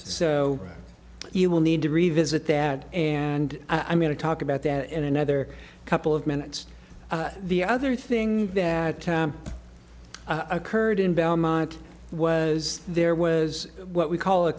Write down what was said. so you will need to revisit that and i'm going to talk about that in another couple of minutes the other thing that occurred in belmont was there was what we call